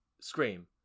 Scream